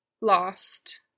lost